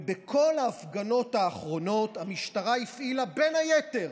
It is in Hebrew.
ובכל ההפגנות האחרונות המשטרה הפעילה בין היתר